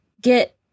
get